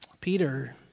Peter